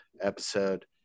episode